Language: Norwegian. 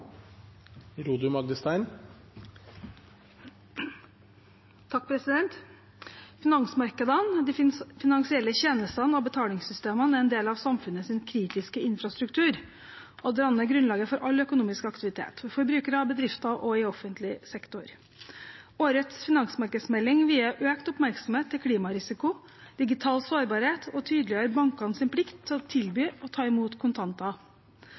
en del av samfunnets kritiske infrastruktur og danner grunnlaget for all økonomisk aktivitet – for forbrukere, bedrifter og i offentlig sektor. Årets finansmarkedsmelding vier økt oppmerksomhet til klimarisiko og digital sårbarhet og tydeliggjør bankenes plikt til å tilby og ta imot kontanter.